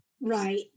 Right